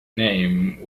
name